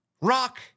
Rock